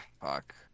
fuck